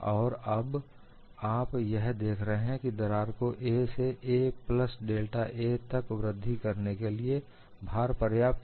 और अब आप यह देख रहे हैं कि दरार को 'a' से 'a प्लस da' तक वृद्धि करने के लिए भार पर्याप्त है